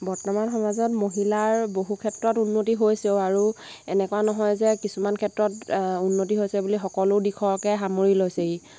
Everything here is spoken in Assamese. বৰ্তমান সমাজত মহিলাৰ বহু ক্ষেত্ৰত উন্নতি হৈছেও আৰু এনেকুৱা নহয় যে কিছুমান ক্ষেত্ৰত উন্নতি হৈছে বুলি সকলো দিশকে সামৰি লৈছে ই